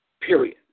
period